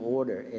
order